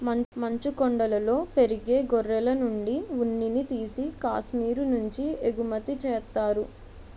మంచుకొండలలో పెరిగే గొర్రెలనుండి ఉన్నిని తీసి కాశ్మీరు నుంచి ఎగుమతి చేత్తారు